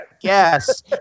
Yes